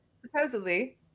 Supposedly